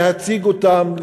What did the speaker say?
להציג אותם,